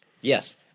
Yes